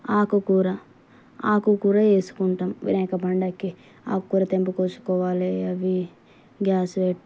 ఆకు కూర ఆకు కూర చేసుకుంటాము వినాయక పండగకి ఆకుకూర తెంపు కోసుకోవాలి అవి గ్యాస్ వె